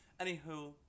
anywho